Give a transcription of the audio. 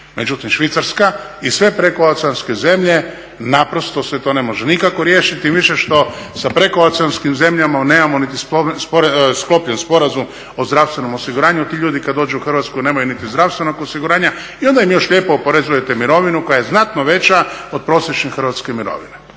međutim Švicarska i sve prekooceanske zemlje naprosto se to ne može nikako riješiti, više što sa prekooceanskim zemljama nemamo niti sklopljen Sporazum o zdravstvenom osiguranju. Ti ljudi kada dođu u Hrvatsku nemaju niti zdravstvenog osiguranja i onda im još lijepo oporezujete mirovinu koja je znatno veća od prosječne hrvatske mirovine.